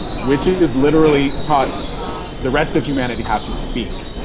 witches literally taught the rest of humanity how to speak.